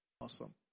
Awesome